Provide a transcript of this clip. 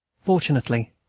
fortunately,